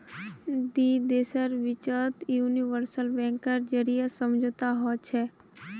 दी देशेर बिचत यूनिवर्सल बैंकेर जरीए समझौता हछेक